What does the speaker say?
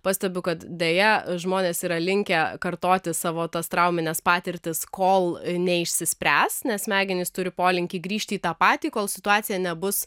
pastebiu kad deja žmonės yra linkę kartoti savo tas traumines patirtis kol neišsispręs nes smegenys turi polinkį grįžti į tą patį kol situacija nebus